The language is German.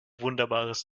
wunderbares